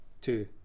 two